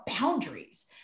boundaries